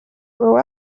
grow